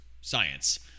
science